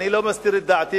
אני לא מסתיר את דעתי,